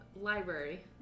library